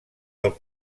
del